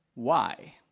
why?